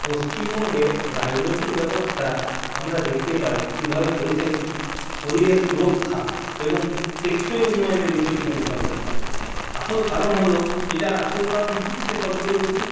পশ্চিমবঙ্গের রাজনৈতিক ব্যবস্থা আমরা দেখতে পাই কীভাবে পরিবেশ সুরক্ষা এবং টেকসই উন্নয়নের বিষয়টিকে মোকাবেলা করে আসল কারণ হলো এটার আসল কারণ হচ্ছে সবচেয়ে বেশি